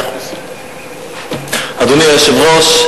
אדוני היושב-ראש,